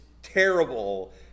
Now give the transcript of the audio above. terrible